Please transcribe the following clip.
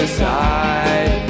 side